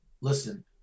Listen